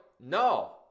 no